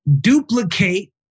duplicate